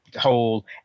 whole